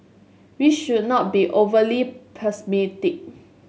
we should not be overly pessimistic